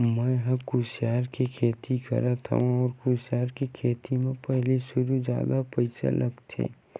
मेंहा ह कुसियार के खेती करत हँव अउ कुसियार के खेती म पहिली सुरु जादा पइसा लगथे